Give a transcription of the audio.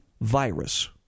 virus